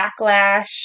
backlash